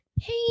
hey